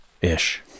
ish